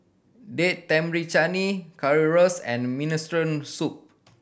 Date Tamarind Chutney Currywurst and Minestrone Soup